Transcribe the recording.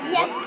Yes